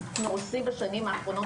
אנחנו עושים בשנים האחרונות,